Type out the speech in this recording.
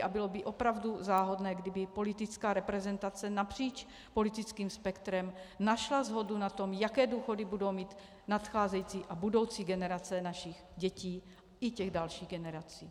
A bylo by opravdu záhodno, kdyby politická reprezentace napříč politickým spektrem našla shodu na tom, jaké důchody budou mít nadcházející a budoucí generace našich dětí i těch dalších generací.